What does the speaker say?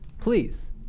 please